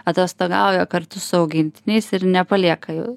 atostogauja kartu su augintiniais ir nepalieka jų